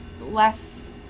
less